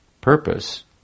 purpose